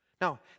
Now